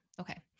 Okay